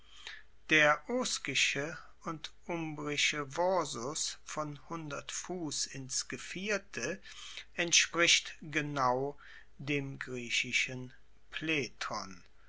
der oskische und umbrische vorsus von fuss ins gevierte entspricht genau dem griechischen